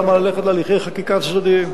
למה ללכת להליכי חקיקה צדדיים?